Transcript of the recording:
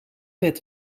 wet